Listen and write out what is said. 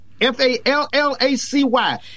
F-A-L-L-A-C-Y